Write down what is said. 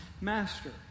master